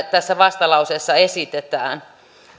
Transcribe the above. tässä vastalauseessa esitetään